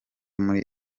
muri